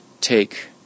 take